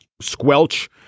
squelch